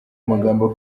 magambo